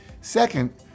Second